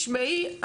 תשמעי,